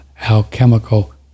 alchemical